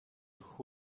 who